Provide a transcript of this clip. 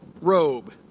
robe